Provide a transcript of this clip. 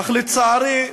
אך, לצערי,